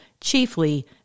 chiefly